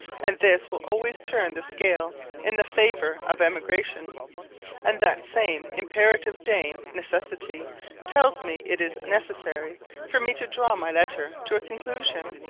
and this will always turn the scale in the favour of emigration and that same imperative dame necessity tells me it is necessary for me to draw my letter to a conclusion.